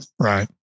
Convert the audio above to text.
right